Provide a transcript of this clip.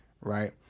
right